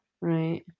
right